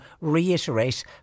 reiterate